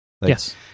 Yes